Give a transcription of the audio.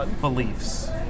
beliefs